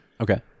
Okay